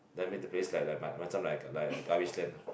then make the place like like macam like a like a garbage land ah